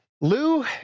Lou